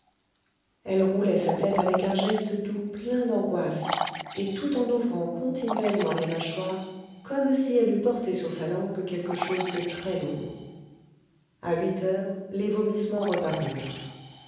elle roulait sa tête avec un geste doux plein d'angoisse et tout en ouvrant continuellement les mâchoires comme si elle eût porté sur sa langue quelque chose de très lourd à huit heures les vomissements